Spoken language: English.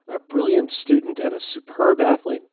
a brilliant student and a superb athlete,